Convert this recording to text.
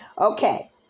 Okay